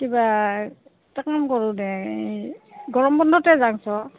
কিবা এটা কাম কৰোঁ দে এই গৰম বন্ধতে যাংছো